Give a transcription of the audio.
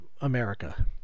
America